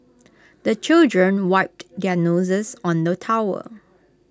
the children wipe their noses on the towel